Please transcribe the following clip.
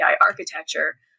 architecture